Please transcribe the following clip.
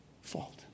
fault